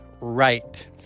right